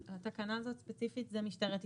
על התקנה הזאת ספציפית זה משטרת ישראל.